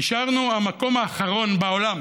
נשארנו המקום האחרון בעולם